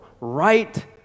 right